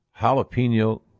jalapeno